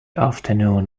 afternoon